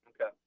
Okay